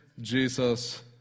Jesus